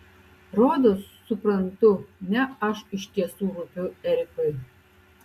rodos suprantu ne aš iš tiesų rūpiu erikui